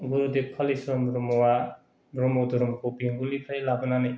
गुरुदेब कालिचरण ब्रह्मआ ब्रह्म धोरोमखौ बेंगलनिफ्राय लाबोनानै